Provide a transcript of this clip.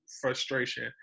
frustration